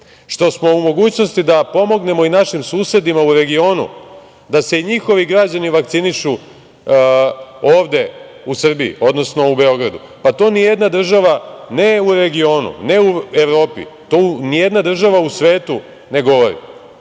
Što smo u mogućnosti da pomognemo i našim susedima u regionu, da se i njihovi građani vakcinišu, ovde u Srbiji, odnosno u Beogradu? To nijedna država, ne u Evropi, ne u regionu, nijedna država u svetu ne govori. Ako